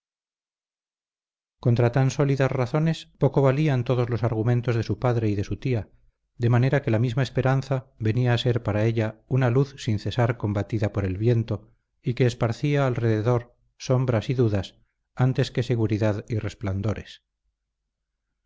tan sólidas razones poco valían todos los argumentos de su padre y de su tía de manera que la misma esperanza venía a ser para ella una luz sin cesar combatida por el viento y que esparcía alrededor sombras y dudas antes que seguridad y resplandores